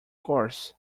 course